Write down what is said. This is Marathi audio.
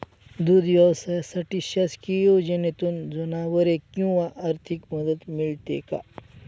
दूध व्यवसायासाठी शासकीय योजनेतून जनावरे किंवा आर्थिक मदत मिळते का?